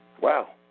Wow